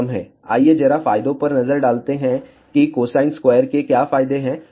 आइए जरा फायदों पर नजर डालते हैं कि कोसाइन स्क्वायर के क्या फायदे हैं